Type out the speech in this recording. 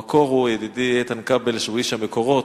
המקור, ידידי איתן כבל שהוא איש המקורות,